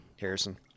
Harrison